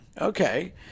Okay